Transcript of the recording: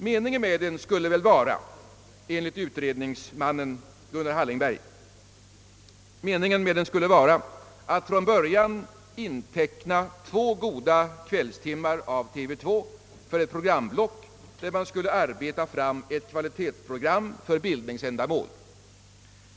Meningen var enligt utredningsmannen Gunnar Hallingberg att man från början skulle reservera två goda kvällstimmar i TV2 för ett programblock med ett kvalitetsprogram för bildningsändamål.